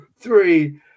three